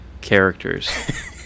characters